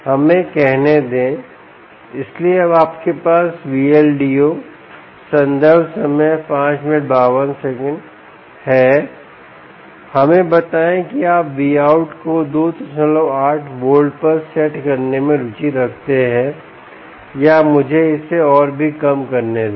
हमें कहने दें इसलिए अब आपके पास Vldo संदर्भ समय 0552 हैहमें बताएं कि आप Vout को 28 वोल्ट पर सेट करने में रुचि रखते हैं या मुझे इसे और भी कम करने दें